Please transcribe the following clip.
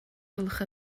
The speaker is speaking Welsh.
gwelwch